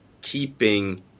keeping